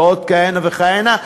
ועוד כהנה וכהנה.